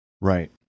right